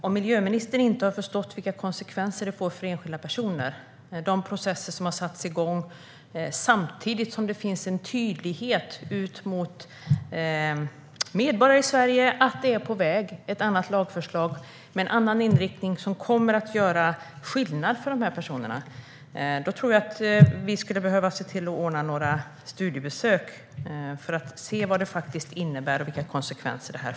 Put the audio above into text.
Om miljöministern inte har förstått vilka konsekvenser detta får för enskilda personer - det gäller de processer som har satts igång samtidigt som det finns en tydlighet gentemot medborgare i Sverige om att ett lagförslag med en annan inriktning är på väg, som kommer att göra skillnad för dessa personer - tror jag att vi skulle behöva ordna några studiebesök som visar vad detta faktiskt innebär och vilka konsekvenser det får.